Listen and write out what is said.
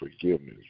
forgiveness